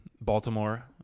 Baltimore